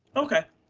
okay.